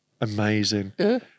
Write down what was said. Amazing